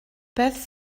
beth